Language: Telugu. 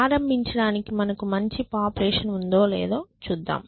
ప్రారంభించడానికి మనకు మంచి పాపులేషన్ ఉందో లేదో చూద్దాం